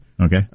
Okay